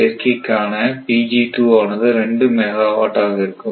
சேர்க்கைக்கான ஆனது 2 மெகாவாட் ஆக இருக்கும்